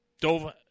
dove